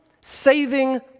saving